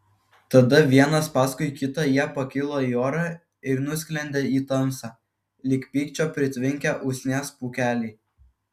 tada vienas paskui kitą jie pakilo į orą ir nusklendė į tamsą lyg pykčio pritvinkę usnies pūkeliai